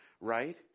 right